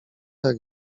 jak